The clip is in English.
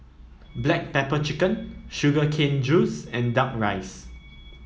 Black Pepper Chicken Sugar Cane Juice and duck rice